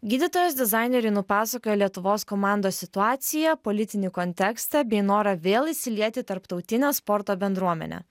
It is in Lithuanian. gydytojos dizaineriui nupasakojo lietuvos komandos situaciją politinį kontekstą bei norą vėl įsiliet į tarptautinę sporto bendruomenę